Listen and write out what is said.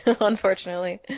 unfortunately